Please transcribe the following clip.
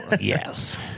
Yes